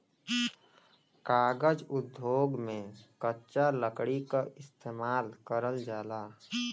कागज उद्योग में कच्चा लकड़ी क इस्तेमाल करल जाला